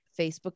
facebook